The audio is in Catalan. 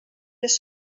les